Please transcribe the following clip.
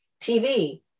TV